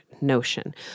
Notion